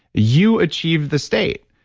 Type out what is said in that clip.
you achieve the state.